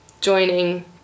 joining